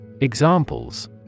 Examples